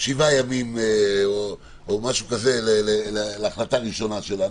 7 ימים או משהו כזה להחלטה ראשונה שלנו,